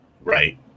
Right